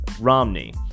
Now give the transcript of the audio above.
Romney